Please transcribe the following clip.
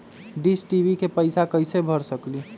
Dish TV के पैईसा कईसे भर सकली?